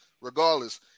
regardless